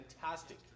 fantastic